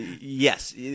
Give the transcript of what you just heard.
Yes